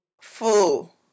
Fool